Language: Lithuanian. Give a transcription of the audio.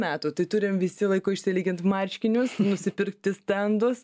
metų tai turim visi laiko išsilygint marškinius nusipirkti stendus